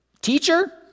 Teacher